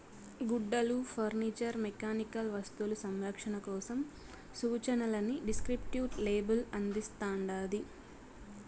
గుడ్డలు furniture mechanical వస్తువులు సంరక్షణ కోసం సూచనలని డిస్క్రిప్టివ్ లేబుల్ అందిస్తాండాది